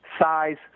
Size